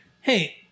Hey